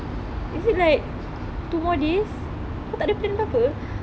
is it like two more days kau takda plan apa apa